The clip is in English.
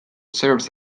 serves